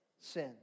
sin